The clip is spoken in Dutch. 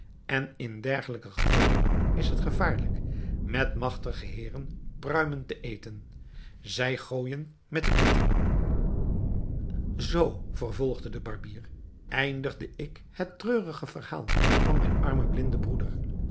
en in dergelijke gevallen is het gevaarlijk met magtige heeren pruimen te eten zij gooijen met de pitten zoo vervolgde de barbier eindigde ik het treurige verhaal van mijn armen blinden broeder